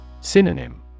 Synonym